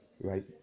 right